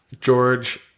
George